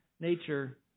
nature